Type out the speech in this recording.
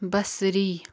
بصری